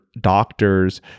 doctors